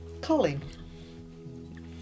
Colin